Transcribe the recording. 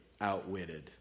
outwitted